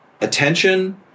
attention